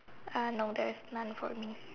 uh no there is none for me